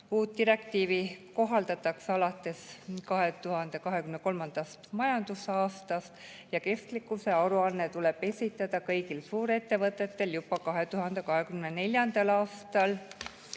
Uut direktiivi kohaldatakse alates 2023. aasta majandusaastast ja kestlikkuse aruanne tuleb esitada kõigil suurettevõtetel juba 2024. aastal.